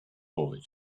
boy